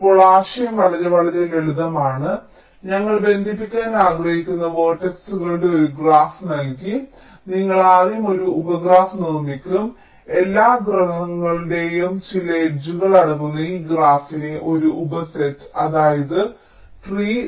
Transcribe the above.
ഇപ്പോൾ ആശയം വളരെ വളരെ ലളിതമാണ് ഞങ്ങൾ ബന്ധിപ്പിക്കാൻ ആഗ്രഹിക്കുന്ന വേർട്ടക്സുകളുടെ ഒരു ഗ്രാഫ് നൽകി നിങ്ങൾ ആദ്യം ഒരു ഉപഗ്രാഫ് നിർമ്മിക്കുക എല്ലാ ഗ്രഹങ്ങളുടെയും ചില എഡ്ജുകളും അടങ്ങുന്ന ആ ഗ്രാഫിന്റെ ഒരു ഉപ സെറ്റ് അതായത് ട്രീ